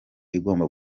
igomba